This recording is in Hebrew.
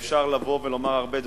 אפשר לבוא ולומר הרבה דברים,